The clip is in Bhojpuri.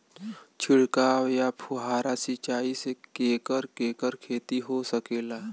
छिड़काव या फुहारा सिंचाई से केकर केकर खेती हो सकेला?